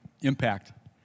impact